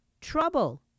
trouble